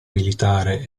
militare